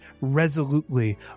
resolutely